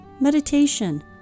Meditation